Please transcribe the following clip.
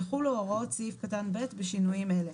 יחולו הוראות סעיף קטן (ב) בשינויים אלה: